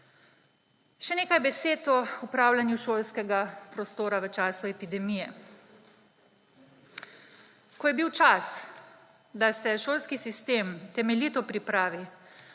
Še nekaj besed o upravljanju šolskega prostora v času epidemije. Ko je bil čas, da se šolski sistem temeljito pripravi